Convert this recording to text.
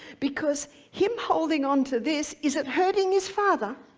because him holding onto this is it hurting his father?